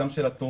גם על התורים,